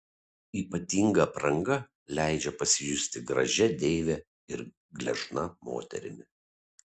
ypatinga apranga leidžia pasijusti gražia deive ir gležna moterimi